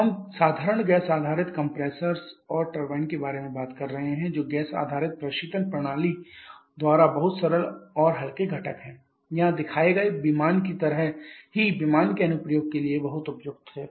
हम साधारण गैस आधारित कंप्रेशर्स और टर्बाइन के बारे में बात कर रहे हैं जो गैस आधारित प्रशीतन प्रणाली द्वारा बहुत सरल और हल्के घटक हैं यहां दिखाए गए विमान की तरह ही विमान के अनुप्रयोग के लिए बहुत उपयुक्त हैं